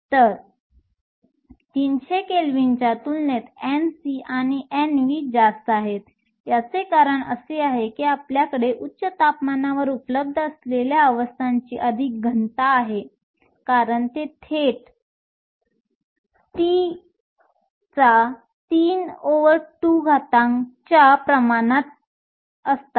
तर 300 केल्विनच्या तुलनेत Nc आणि Nv जास्त आहेत याचे कारण असे आहे की आपल्याकडे उच्च तापमानावर उपलब्ध असलेल्या अवस्थांची अधिक घनता आहे कारण ते थेट T32 च्या प्रमाणात असतात